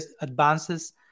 advances